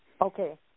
okay